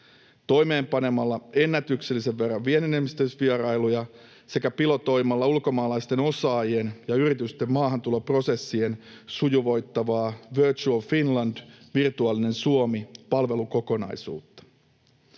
toimeenpanemalla ennätyksellisen määrän vienninedistämisvierailuja sekä pilotoimalla ulkomaalaisten osaajien ja yritysten maahantuloprosesseja sujuvoittavaa Virtual Finland -palvelukokonaisuutta